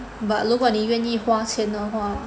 but 如果你愿意花钱的话